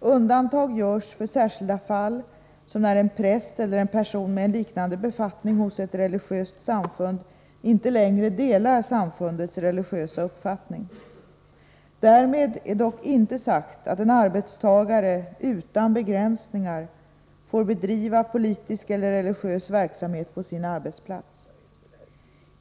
Undantag görs för särskilda fall som när en präst eller en person med en liknande befattning hos ett religiöst samfund inte längre delar samfundets religiösa uppfattning. Därmed är dock inte sagt att en arbetstagare utan begränsningar får bedriva politisk eller religiös verksamhet på sin arbetsplats.